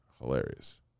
hilarious